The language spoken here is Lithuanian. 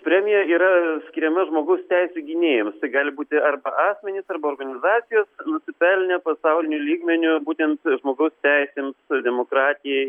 premija yra skiriama žmogaus teisių gynėjams tai gali būti arba asmenys arba organizacijos nusipelnę pasauliniu lygmeniu būtent žmogaus teisėms demokratijai